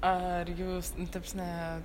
ar jūs ta prasme